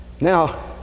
Now